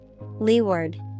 Leeward